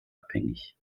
abhängig